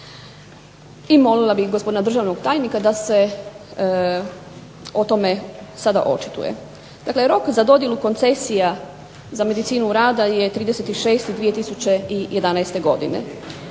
I molila bih gospodina državnog tajnika da se o tome sada očituje. Dakle, rok za dodjelu koncesija za medicinu rada je 30.06.2011. godine.